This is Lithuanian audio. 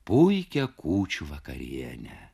puikią kūčių vakarienę